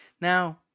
Now